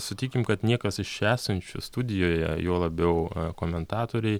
sutikim kad niekas iš čia esančių studijoje juo labiau komentatoriai